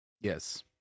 Yes